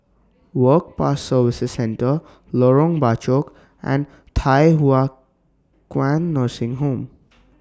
Work Pass Services Centre Lorong Bachok and Thye Hua Kwan Nursing Home